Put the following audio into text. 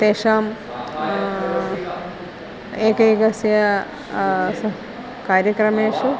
तेषाम् एकैकस्य स कार्यक्रमेषु